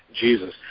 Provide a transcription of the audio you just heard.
Jesus